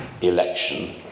election